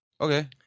Okay